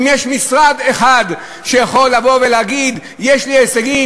יש משרד אחד שיכול לבוא ולהגיד: יש לי הישגים,